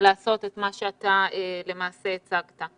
לעשות את מה שאתה למעשה הצגת.